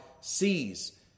sees